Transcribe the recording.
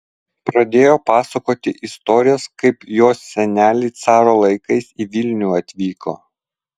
pradėjo pasakoti istorijas kaip jos seneliai caro laikais į vilnių atvyko